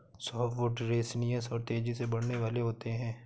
softwood resinous और तेजी से बढ़ने वाले होते हैं